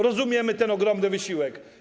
Rozumiemy ten ogromny wysiłek.